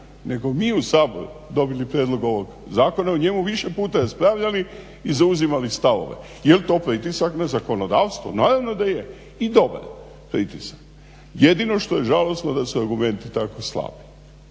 nego mi u Saboru dobili prijedlog ovog zakona o njemu više puta raspravljali i zauzimali stavove. Jel to pritisak na zakonodavstvo? Naravno da je i dobar je pritisak. Jedino što je žalosno da su argumenti tako slabi.